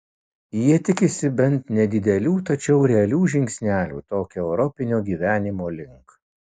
jie tikisi bent nedidelių tačiau realių žingsnelių tokio europinio gyvenimo link